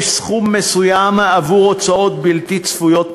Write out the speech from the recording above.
סכום מסוים עבור הוצאות בלתי צפויות מראש.